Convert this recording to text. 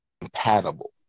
compatible